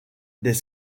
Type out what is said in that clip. des